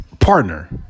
partner